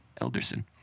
Elderson